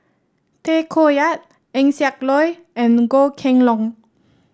Tay Koh Yat Eng Siak Loy and Goh Kheng Long